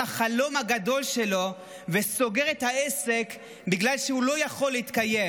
החלום הגדול שלו וסוגר את העסק בגלל שהוא לא יכול להתקיים,